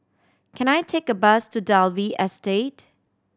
can I take a bus to Dalvey Estate